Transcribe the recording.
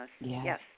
yes